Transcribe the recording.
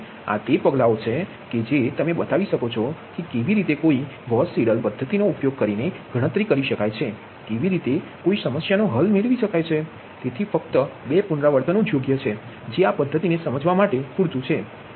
તેથી આ તે પગલાઓ છે કે જે તમે બતાવી શકો છો કે કેવી રીતે કોઈ ગૌસ સીડેલ પદ્ધતિનોઉપયોગ કરીને ગણતરી કરી શકાય છે કેવી રીતે કોઈ સમસ્યાનો હલ મેડવી શકાય છે તેથી ફક્ત બે પુનરાવર્તનો જ યોગ્ય છે જે આ પદ્ધતિને સમજવા માટે તે પૂરતું છે